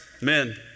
Men